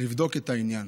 לבדוק את העניין